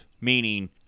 Meaning